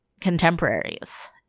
contemporaries